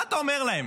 מה אתה אומר להם?